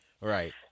Right